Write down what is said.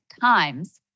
times